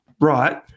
right